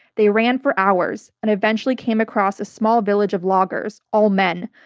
they ran for hours and eventually came across a small village of loggers, all men.